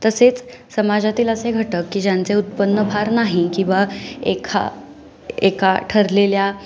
तसेच समाजातील असे घटक की ज्यांचे उत्पन्न फार नाही की बा एखा एका ठरलेल्या